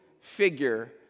figure